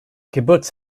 kibbutz